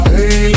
Hey